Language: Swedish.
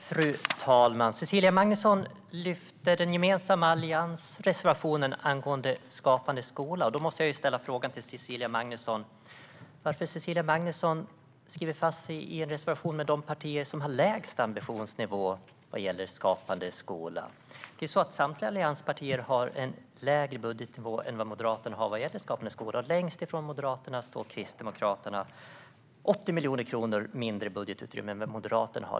Fru talman! Cecilia Magnusson lyfter fram reservation 4 från allianspartierna om Skapande skola. Då måste jag fråga henne varför hon låser fast sig i en reservation med de partier som har lägst ambitionsnivå vad gäller Skapande skola. Samtliga övriga allianspartier har en lägre budgetnivå än Moderaterna har vad gäller Skapande skola. Längst från Moderaterna står Kristdemokraterna. De har 80 miljoner kronor mindre i budgetutrymme än Moderaterna.